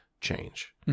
change